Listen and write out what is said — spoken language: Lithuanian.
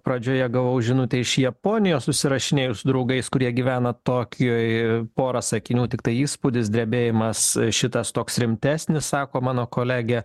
pradžioje gavau žinutę iš japonijos susirašinėju su draugais kurie gyvena tokijuj pora sakinių tiktai įspūdis drebėjimas šitas toks rimtesnis sako mano kolegė